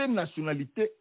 nationalité